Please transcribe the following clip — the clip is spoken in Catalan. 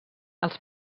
els